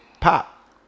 pop